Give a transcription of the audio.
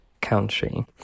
country